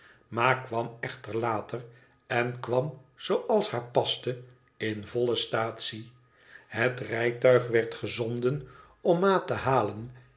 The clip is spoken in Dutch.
ma kwam echter later en kwam zooals haar paste in volle staatsie het rijtuig werd gezonden om ma te halen